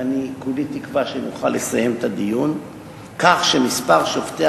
ואני כולי תקווה שנוכל לסיים את הדיון כך שמספר שופטי